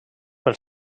per